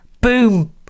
Boom